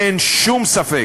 אין שום ספק